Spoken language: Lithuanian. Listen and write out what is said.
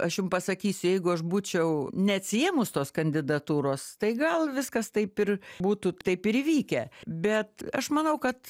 aš jum pasakysiu jeigu aš būčiau neatsiėmus tos kandidatūros tai gal viskas taip ir būtų taip ir įvykę bet aš manau kad